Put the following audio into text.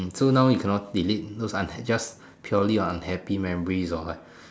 hmm so now we cannot delete just purely your unhappy memories or what